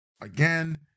again